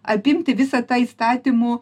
apimti visą tą įstatymų